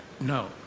no